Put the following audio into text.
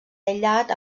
aïllat